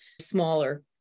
smaller